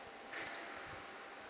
mm